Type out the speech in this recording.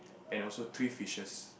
and also three fishes